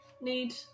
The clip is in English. need